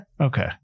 Okay